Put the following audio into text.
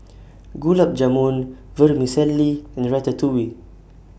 Gulab Jamun Vermicelli and Ratatouille